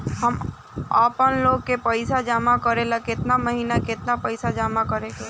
हम आपनलोन के पइसा जमा करेला केतना महीना केतना पइसा जमा करे के होई?